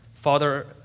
Father